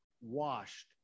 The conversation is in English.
washed